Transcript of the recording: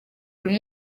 buri